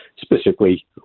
specifically